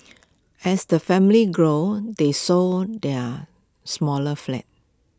as the family grew they sold their smaller flats